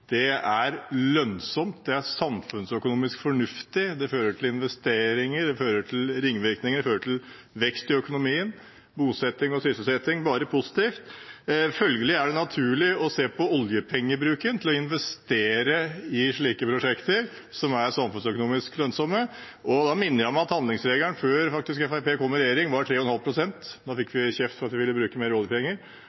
km/t er lønnsomt, samfunnsøkonomisk fornuftig, det fører til investeringer, ringvirkninger, vekst i økonomien, bosetting og sysselsetting – bare positivt. Følgelig er det naturlig å se på oljepengebruken med tanke på å investere i slike prosjekter som er samfunnsøkonomisk lønnsomme. Jeg minner om at handlingsregelen var 3,5 pst. før Fremskrittspartiet kom i regjering. Da fikk